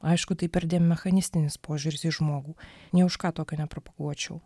aišku tai perdėm mechanistinis požiūris į žmogų nė už ką tokio nepropaguočiau